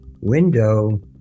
window